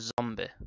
zombie